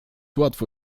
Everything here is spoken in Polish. łatwo